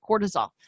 cortisol